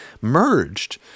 merged